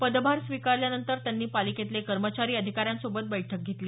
पदभार स्वीकारल्यानंतर त्यांनी पालिकेतले कर्मचारी अधिकाऱ्यांसोबत बैठक घेतली